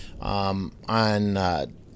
on